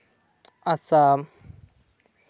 Assam